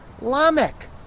Lamech